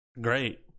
great